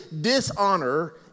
dishonor